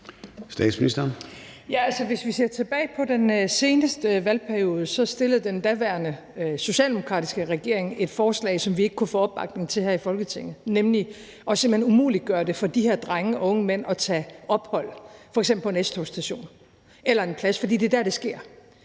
hvis vi ser tilbage på den seneste valgperiode, fremsatte den daværende socialdemokratiske regering et forslag, som vi ikke kunne få opbakning til her i Folketinget, nemlig simpelt hen at gøre det umuligt for de her drenge og unge mænd at tage ophold, f.eks. på et S-togsstation eller en plads, for det er der, det sker.